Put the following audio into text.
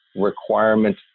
requirement